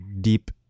deep